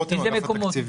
איזה מקומות?